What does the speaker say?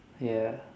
ya